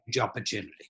opportunity